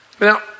Now